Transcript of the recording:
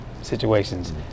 situations